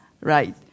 right